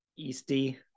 easty